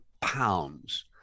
pounds